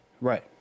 Right